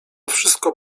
wszystko